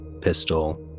pistol